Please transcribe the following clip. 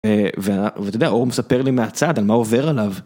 ואתה יודע, אור מספר לי מהצד, על מה עובר עליו.